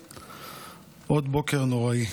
עזה, עוד בוקר נוראי.